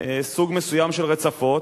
סוג מסוים של מרצפות,